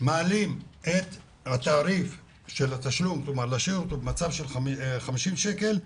משאירים את התעריף באותו מצב, היינו 50 שקלים,